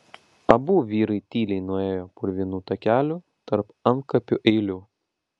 abu vyrai tyliai nuėjo purvinu takeliu tarp antkapių eilių